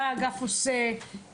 מה האגף עושה,